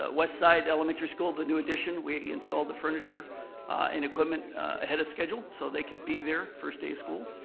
ah westside elementary school, the new addition, we installed the furniture and equipment ahead of schedule so they can be there first day of school.